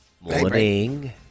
Morning